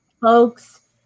Folks